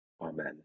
amen